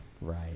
right